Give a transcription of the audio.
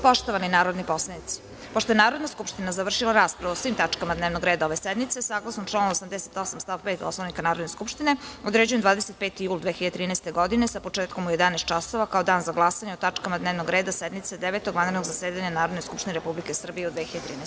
Poštovani narodni poslanici, pošto je Narodna skupština završila raspravu o svim tačkama dnevnog reda ove sednice, saglasno članu 88. stav 5. Poslovnika Narodne skupštine, određujem 25. jul 2013. godine sa početkom u 11,00 časova kao dan za glasanje o tačkama dnevnog reda sednice Devetog vanrednog zasedanja Narodne skupštine Republike Srbije u 2013.